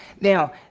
Now